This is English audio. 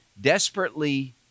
desperately